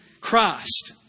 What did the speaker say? Christ